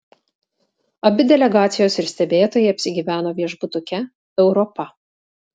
abi delegacijos ir stebėtojai apsigyveno viešbutuke europa